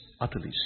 utterly